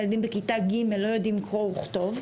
ילדים בכיתה ג' לא יודעים קרוא וכתוב,